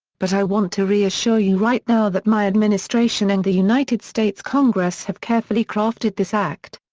but i want to reassure you right now that my administration and the united states congress have carefully crafted this act.